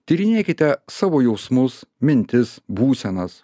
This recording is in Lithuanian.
tyrinėkite savo jausmus mintis būsenas